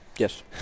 Yes